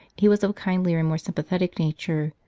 he was of a kindlier and more sympathetic nature.